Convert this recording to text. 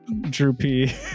droopy